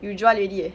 you jual already eh